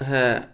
হ্যাঁ